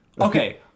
Okay